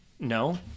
No